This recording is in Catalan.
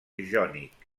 jònic